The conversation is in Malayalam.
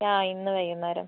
അ ഇന്ന് വൈകുന്നേരം